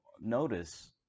notice